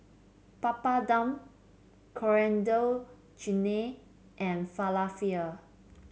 Papadum Coriander Chutney and Falafel